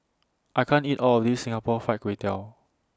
I can't eat All of This Singapore Fried Kway Tiao